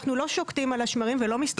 אנחנו לא שוקטים על השמרים ולא מסתפקים בזה.